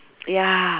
ya